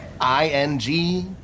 I-N-G